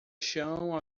chão